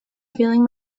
feeling